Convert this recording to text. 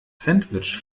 sandwich